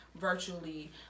Virtually